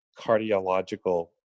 cardiological